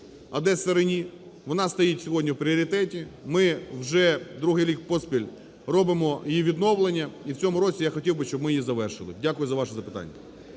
"Одеса-Рені" – вона стоїть сьогодні у пріоритеті. Ми вже другий рік поспіль робимо її відновлення, і в цьому році я хотів би, щоб ми її завершили. Дякую вам за ваше запитання.